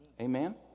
Amen